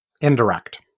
Indirect